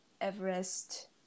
Everest